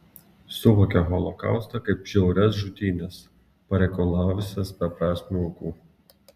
suvokia holokaustą kaip žiaurias žudynes pareikalavusias beprasmių aukų